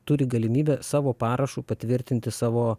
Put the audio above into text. turi galimybę savo parašu patvirtinti savo